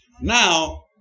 Now